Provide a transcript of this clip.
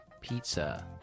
pizza